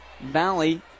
Valley